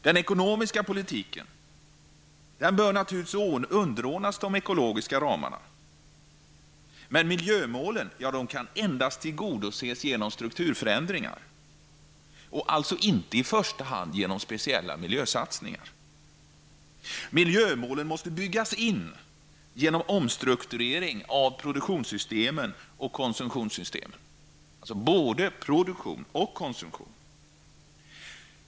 Den ekonomiska politiken bör naturligtvis underordnas de ekologiska ramarna. Men miljömålen kan endast tillgodoses genom strukturförändringar och alltså inte i första hand genom speciella ''miljösatsningar''. Miljömålen måste byggas in genom omstrukturering av produktionssystemen och konsumtionssystemen, alltså både produktion och konsumtion.